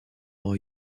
are